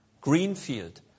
Greenfield